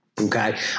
okay